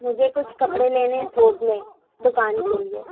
مجھے کچھ کپڑے لینے ہیں تھوک میں دوکان کے لیے